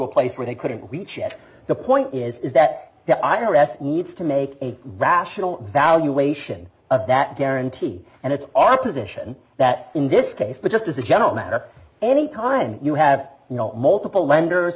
a place where they couldn't reach at the point is that the i r s needs to make a rational valuation of that guarantee and it's our position that in this case but just as a general matter any time you have multiple lenders